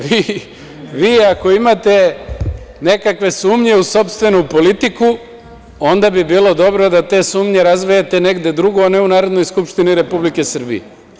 Vi, ako imate nekakve sumnje u sopstvenu politiku, onda bi bilo dobro da te sumnje razmenite negde drugo, a ne u Narodnoj skupštini Republike Srbije.